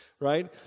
Right